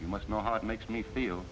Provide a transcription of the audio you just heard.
you must know how it makes me feel